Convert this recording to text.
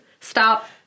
stop